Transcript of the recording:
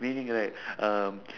meaning right uh